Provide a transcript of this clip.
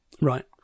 Right